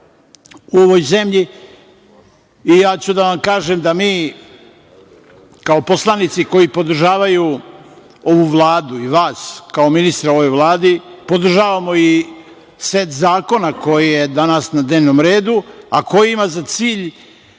u ovoj zemlji. Ja ću da vam kažem da mi, kao poslanici koji podržavaju ovu Vladu i vas kao ministra u Vladi, podržavamo i set zakona koji je danas na dnevnom redu, a koji ima za cilj